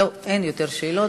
לא, אין עוד שאלות.